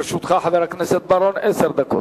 לרשותך, חבר הכנסת בר-און, עשר דקות.